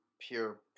pure